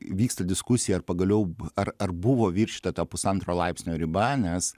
vyksta diskusija ar pagaliau ar ar buvo viršyta ta pusantro laipsnio riba nes